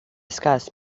discuss